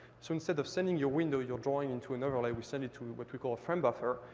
so instead of sending your window, you're drawing into an overlay, we send it to what we call a frame buffer.